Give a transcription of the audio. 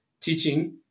teaching